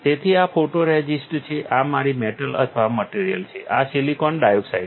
તેથી આ ફોટોરેઝિસ્ટ છે આ મારી મેટલ અથવા મટિરીઅલ છે આ સિલિકોન ડાયોક્સાઇડ છે